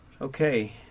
Okay